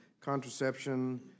contraception